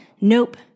Nope